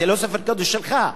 זה לא ספר קודש שלך,